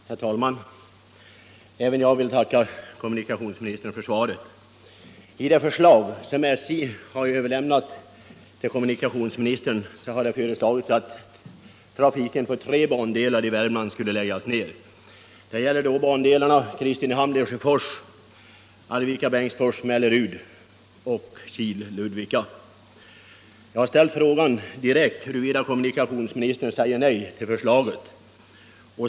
Herr talman! Även jag vill tacka kommunikationsministern för svaret. I en skrivelse till kommunikationsministern har SJ föreslagit att tra fiken på tre bandelar i Värmland skall läggas ned. Det gäller bandelarna Kristinehamn-Lesjöfors, Arvika-Bengtsfors-Mellerud och Kil-Ludvika. Jag har ställt den direkta frågan huruvida kommunikationsministern tänker säga nej till förslaget.